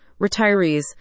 retirees